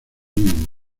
mismo